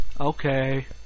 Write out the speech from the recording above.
Okay